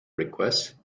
request